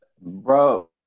Bro